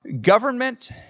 Government